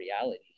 reality